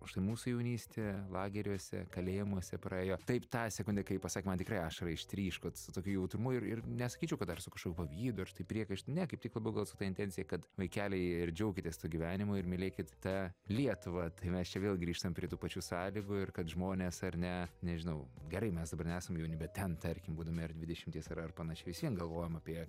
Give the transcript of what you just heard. už tai mūsų jaunystė lageriuose kalėjimuose praėjo taip tą sekundę kai pasak man tikrai ašara ištryško su tokiu jautrumu ir nesakyčiau kad dar su kažkokiu pavydu ar tai priekaištu ne kaip tik buvo gal su ta intencija kad vaikeliai ir džiaukitės tuo gyvenimu ir mylėkit tą lietuvą tai mes čia vėl grįžtam prie tų pačių sąlygų ir kad žmonės ar ne nežinau gerai mes nesam jauni bet ten tarkim būdami ar dvidešimties ar panašiai visvien galvojom apie